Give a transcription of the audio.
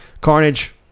Carnage